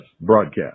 broadcast